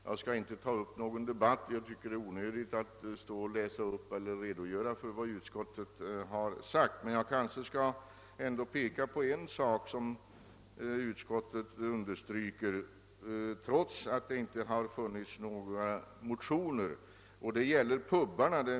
Jag skall inte ta upp någon debatt här, eftersom jag tycker det är onödigt att redogöra för vad utskottet har uttalat, men jag vill ändå peka på en sak som utskottet har framhållit, trots att det inte funnits några motioner på den punkten — det gäller pubarna.